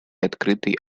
открытый